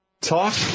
Talk